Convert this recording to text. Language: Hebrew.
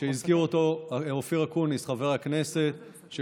שהזכיר אותו חבר הכנסת אופיר אקוניס,